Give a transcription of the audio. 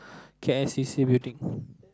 K_L C_C building